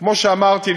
כמו שאמרתי,